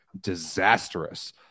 disastrous